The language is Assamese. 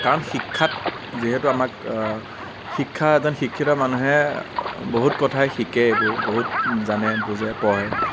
কাৰণ শিক্ষাত যিহেতু আমাক শিক্ষা এজন শিক্ষিত মানুহে বহুত কথাই শিকে এইবোৰ বহুত জানে বুজে পঢ়ে